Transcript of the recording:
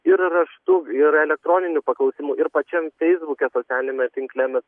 ir raštu ir elektroniniu paklausimu ir pačiam feisbuke socialiniame tinkle mes